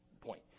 point